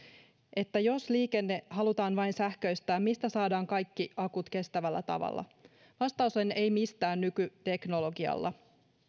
että jos liikenne halutaan vain sähköistää niin mistä saadaan kaikki akut kestävällä tavalla vastaus on ei mistään nykyteknologialla